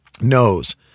knows